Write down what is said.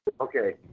Okay